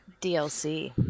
DLC